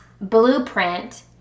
blueprint